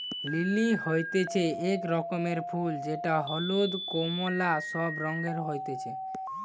lily হতিছে এক রকমের ফুল যেটা হলুদ, কোমলা সব রঙে হতিছে